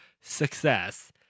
success